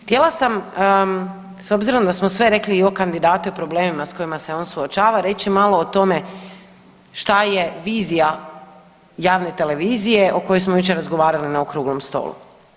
Htjela sam s obzirom da smo sve rekli i o kandidatu i o problemima s kojima se on suočava, reći malo o tome šta je vizija javne televizije o kojoj smo jučer razgovarali na okruglom stolu.